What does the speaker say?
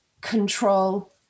control